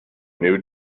new